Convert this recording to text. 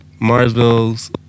Marsville's